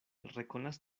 rekonas